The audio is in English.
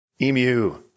Emu